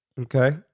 okay